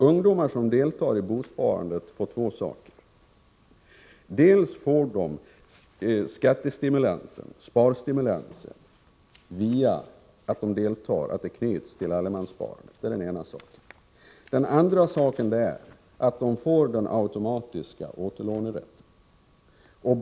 Ungdomar som deltar i bosparandet får dels sparstimulansen genom att det knyts till allemanssparandet, dels den automatiska återlånerätten.